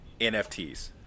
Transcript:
NFTs